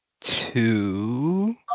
two